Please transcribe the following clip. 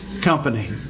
company